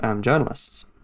journalists